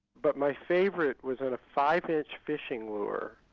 but my favourite was on a five inch fishing lure,